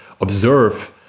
observe